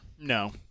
no